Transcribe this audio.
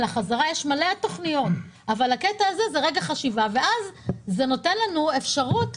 יש מלא תוכניות אבל הקטע הזה הוא רגע חשיבה ואז זה נותן לנו אפשרות,